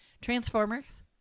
Transformers